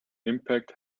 impact